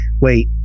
Wait